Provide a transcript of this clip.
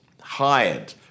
hired